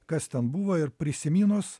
kas ten buvo ir prisiminus